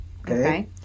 Okay